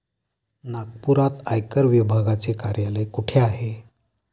नागपुरात आयकर विभागाचे कार्यालय कुठे आहे?